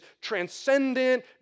transcendent